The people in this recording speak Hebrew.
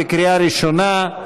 בקריאה ראשונה.